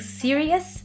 serious